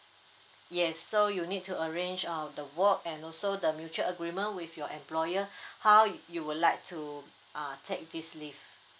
yes so you need to arrange uh the work and also the mutual agreement with your employer how y~ you would like to uh take this leave